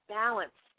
balance